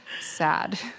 Sad